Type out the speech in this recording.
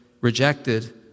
rejected